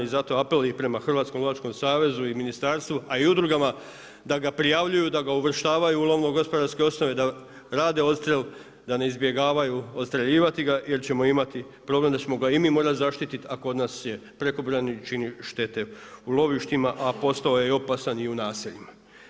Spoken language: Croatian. I zato apel i prema Hrvatskom lovačkom savezu i ministarstvu, a i udrugama da ga prijavljuju, da ga uvrštavaju u lovnogospodarske osnove, da rade odstrel, da ne izbjegavaju odstreljivati ga jer ćemo imati problem da ćemo ga i mi morati zaštititi a kod nas je prekobrojan i čini štete u lovištima, a postao je opasan i u naseljima.